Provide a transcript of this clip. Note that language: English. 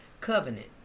covenant